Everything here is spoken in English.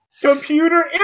Computer